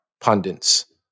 pundits